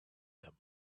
them